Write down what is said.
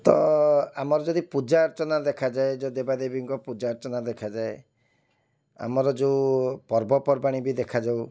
ତ ଆମର ଯଦି ପୂଜା ଅର୍ଚ୍ଚନା ଦେଖାଯାଏ ଯେଉଁ ଦେବାଦେବୀଙ୍କ ପୂଜା ଅର୍ଚ୍ଚନା ଦେଖାଯାଏ ଆମର ଯେଉଁ ପର୍ବପର୍ବାଣି ବି ଦେଖାଯାଉ